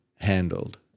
handled